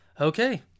Okay